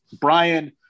Brian